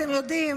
אתם יודעים.